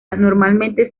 normalmente